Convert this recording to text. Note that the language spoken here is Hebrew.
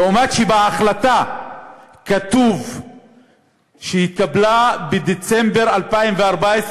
לעומת מה שכתוב בהחלטה שהתקבלה בדצמבר 2014,